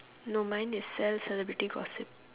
no mine is sell celebrity gossip